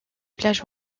plages